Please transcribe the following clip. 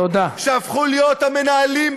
שהפכו להיות המנהלים,